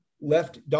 left